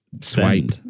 swipe